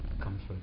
comfort